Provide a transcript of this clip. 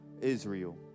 Israel